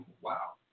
Wow